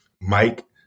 Mike